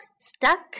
stuck